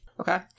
Okay